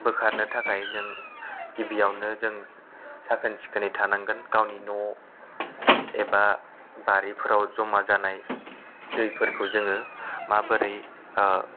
बोखारनो थाखाय जों गिबियावनो जों साखोन सिखोनै थानांगोन गावनि न' एबा बारिफोराव जमा जानाय दैफोरखौ जोङो माबोरै ओ